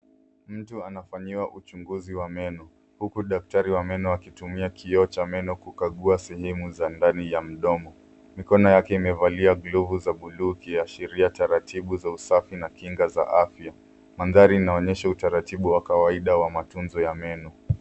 Mtu anafanyiwa uchuguzi wa meno huku daktari wa meno akitumia kioo cha meno kukagua sehemu za ndani ya mdomo. Mikono yake imevalia glovu za bluu ikiashiria taratibu za usafi na kinga za afya. Mandhari inaonyesha utaratibu wa kawaida wa matunzo ya meno.